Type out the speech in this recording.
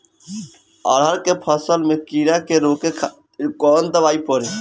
अरहर के फसल में कीड़ा के रोके खातिर कौन दवाई पड़ी?